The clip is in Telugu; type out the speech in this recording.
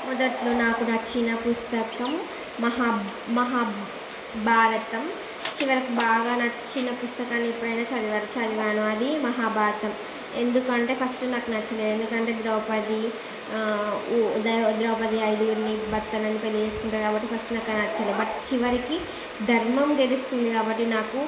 మొదట్లో నాకు నచ్చిన పుస్తకం మహా మహాభారతం చివరికి బాగా నచ్చిన పుస్తకాన్ని ఎప్పుడైనా చదివారు చదివాను అది మహాభారతం ఎందుకంటే ఫస్ట్ నాకు నచ్చలేదు ఎందుకంటే ద్రౌపది ద్రౌపది అయిదుగురిని భర్తలను పెళ్ళి చేసుకుంటుంది కాబట్టి ఫస్ట్ నాకు నచ్చలేదు బట్ చివరికి ధర్మం గెలుస్తుంది కాబట్టి నాకు